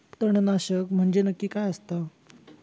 तणनाशक म्हंजे नक्की काय असता?